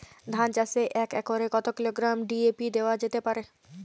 ধান চাষে এক একরে কত কিলোগ্রাম ডি.এ.পি দেওয়া যেতে পারে?